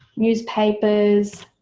newspapers,